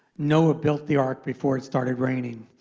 noah built the ark before it started raining.